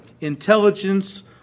intelligence